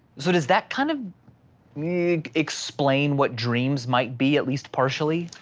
so does that kind of i mean explain what dreams might be at least partially?